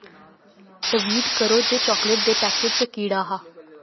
tweet करो जे chocolate दे पैकेट च कीड़ा हा